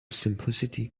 simplicity